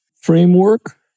framework